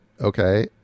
Okay